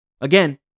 Again